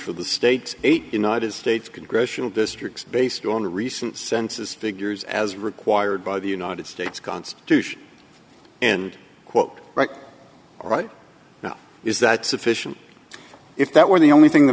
for the state eight united states congressional districts based on the recent census figures as required by the united states constitution and quote right right now is that sufficient if that were the only thing the